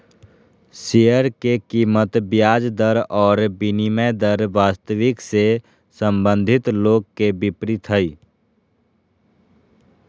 share के कीमत ब्याज दर और विनिमय दर वास्तविक से संबंधित लोग के विपरीत हइ